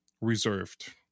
reserved